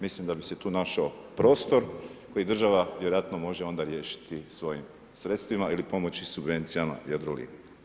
Mislim da bi se tu našao prostor koji država vjerojatno možde onda riješiti svojim sredstvima ili pomoći subvencijama Jadroliniji.